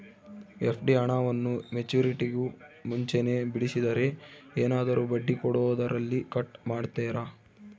FD ಹಣವನ್ನು ಮೆಚ್ಯೂರಿಟಿಗೂ ಮುಂಚೆನೇ ಬಿಡಿಸಿದರೆ ಏನಾದರೂ ಬಡ್ಡಿ ಕೊಡೋದರಲ್ಲಿ ಕಟ್ ಮಾಡ್ತೇರಾ?